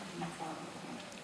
נתקבלה.